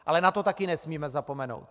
Ale na to taky nesmíme zapomenout.